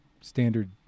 standard